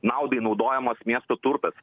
naudai naudojamas miesto turtas